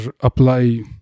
apply